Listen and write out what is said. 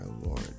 lord